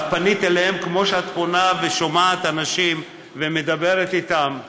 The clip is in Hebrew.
את פנית אליהם כמו שאת פונה ושומעת אנשים ומדברת איתם?